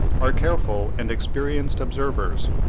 are careful and experienced observers.